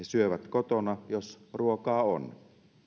syövät kotona jos ruokaa on